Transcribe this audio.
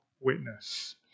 witness